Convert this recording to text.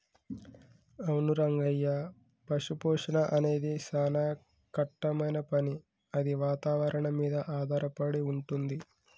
అవును రంగయ్య పశుపోషణ అనేది సానా కట్టమైన పని అది వాతావరణం మీద ఆధారపడి వుంటుంది